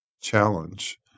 challenge